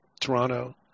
Toronto